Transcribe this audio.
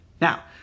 now